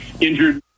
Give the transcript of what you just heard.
injured